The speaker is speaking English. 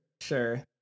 Sure